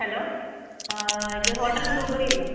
hello ഇത് hotel blue ബെറിയല്ലെ